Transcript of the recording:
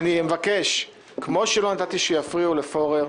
כמו שלא נתתי שיפריעו לפורר,